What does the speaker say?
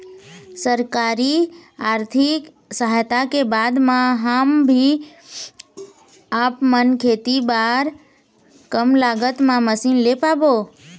सरकारी आरथिक सहायता के बाद मा हम भी आपमन खेती बार कम लागत मा मशीन ले पाबो?